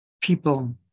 people